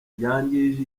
yangije